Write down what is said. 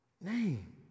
name